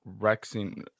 Rexing